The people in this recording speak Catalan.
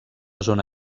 zona